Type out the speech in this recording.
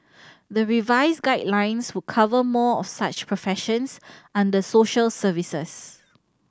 the revised guidelines would cover more of such professions under social services